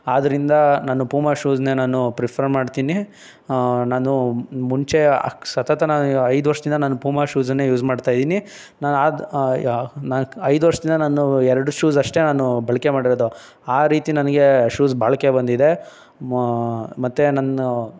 ಆದ್ದರಿಂದ ನನ್ನ ಪೂಮಾ ಶೂಸನ್ನೇ ನಾನು ಪ್ರಿಫರ್ ಮಾಡ್ತೀನಿ ನಾನು ಮುಂಚೆ ಸತತ ನಾನು ಐದು ವರ್ಷದಿಂದ ನಾನು ಪೂಮಾ ಶೂಸನ್ನೇ ಯೂಸ್ ಮಾಡ್ತಾ ಇದ್ದೀನಿ ನಾನು ಅದು ನಾಲ್ಕು ಐದು ವರ್ಷದಿಂದ ನಾನು ಎರಡು ಶೂಸ್ ಅಷ್ಟೆ ನಾನು ಬಳಕೆ ಮಾಡಿರೋದು ಆ ರೀತಿ ನನಗೆ ಶೂಸ್ ಬಾಳಿಕೆ ಬಂದಿದೆ ಮತ್ತು ನನ್ನ